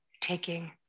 taking